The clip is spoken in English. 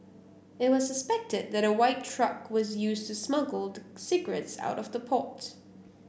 it was suspected that a white truck was used to smuggle the cigarettes out of the port